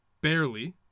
barely